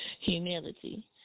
humility